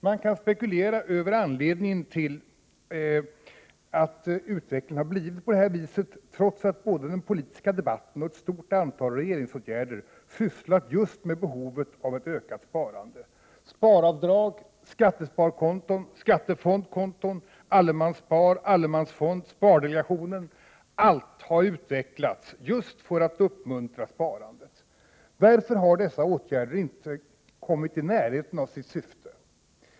Man kan spekulera över anledningen till att utvecklingen har blivit sådan, trots att både den politiska debatten och ett stort antal regeringsåtgärder har sysslat just med behovet av ett ökat sparande. Sparavdrag, skattesparkonton, skattefondkonton, allemansspar, allemansfond, spardelegationen — allt har utvecklats just för att uppmuntra sparandet. Varför har dessa åtgärder inte kommit i närheten av sitt syfte?